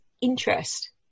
interest